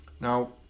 Now